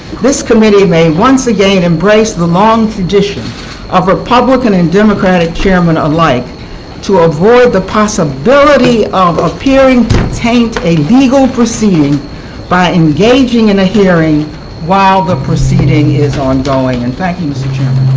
this committee may once again embrace the long tradition of republican and democratic chairmen alike to avoid the possibility of appearing to taint a legal proceeding by engaging in a hearing while the proceeding is ongoing. and thank you, mr. chairman.